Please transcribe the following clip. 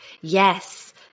Yes